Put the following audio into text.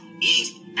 east